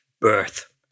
birth